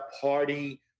party